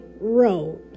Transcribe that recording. road